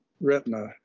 retina